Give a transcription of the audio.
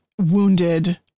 wounded